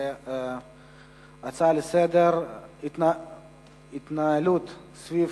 להצעות לסדר-היום מס'